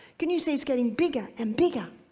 can you see it's getting bigger and bigger?